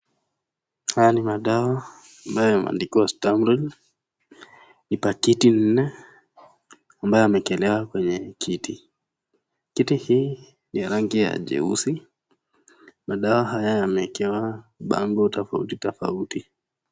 Haya ni madawa ambayo imeandikwa Stamaril. Ni pakiti nne ambayo imeekelewa kwenye kiti. Kiti hii ni ya rangi ya jeusi, madawa haya yamewekewa bango tofauti tofauti.